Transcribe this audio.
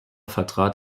vertrat